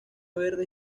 verde